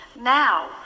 now